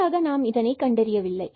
சரியாக நாம் இதனைக் கண்டறியவில்லை